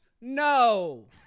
no